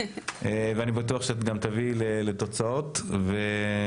ואני גם בטוח שאת תביאי לתוצאות ואני